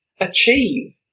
achieve